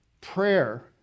Prayer